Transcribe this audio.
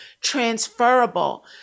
transferable